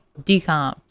decomp